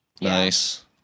nice